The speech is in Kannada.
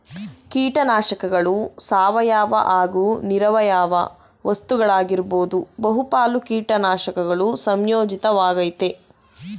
ಕೀಟನಾಶಕಗಳು ಸಾವಯವ ಹಾಗೂ ನಿರವಯವ ವಸ್ತುಗಳಾಗಿರ್ಬೋದು ಬಹುಪಾಲು ಕೀಟನಾಶಕಗಳು ಸಂಯೋಜಿತ ವಾಗಯ್ತೆ